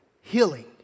healing